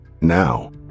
Now